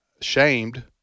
shamed